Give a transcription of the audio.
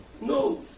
no